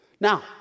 Now